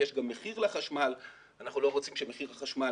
יש גם מחיר לחשמל ואנחנו לא רוצים שמחיר החשמל